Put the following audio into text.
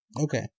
okay